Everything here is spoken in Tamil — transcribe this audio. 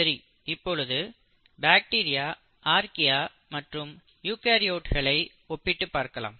சரி இப்பொழுது பாக்டீரியா ஆர்க்கியா மற்றும் யூகரியோட்களை ஒப்பிட்டுப் பார்க்கலாம்